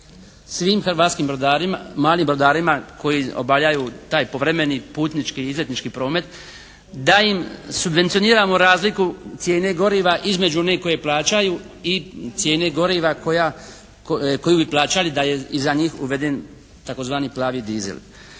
svim hrvatskim brodarima, malim brodarima koji obavljaju taj povremeni putnički i izletnički promet da im subvencioniramo razliku cijene goriva između one koje plaćaju i cijene goriva koja, koju bi plaćali da je iza njih uveden tzv. plavi diesel.